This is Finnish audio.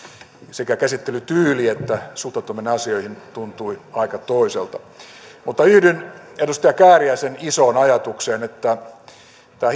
sekä käsittelytyyli että suhtautuminen asioihin tuntuivat aika toiselta mutta yhdyn edustaja kääriäisen isoon ajatukseen että tämä